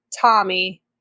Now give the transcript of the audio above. Tommy